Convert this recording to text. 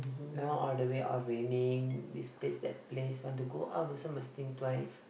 now all the way all raining this place that place want to go out also must think twice